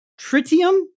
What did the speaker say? tritium